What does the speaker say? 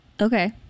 Okay